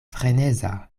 freneza